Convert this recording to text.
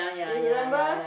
you remember